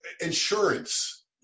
Insurance